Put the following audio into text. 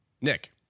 nick